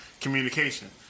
communication